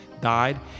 died